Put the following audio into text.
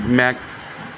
ਮੈਂ